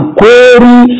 query